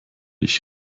ich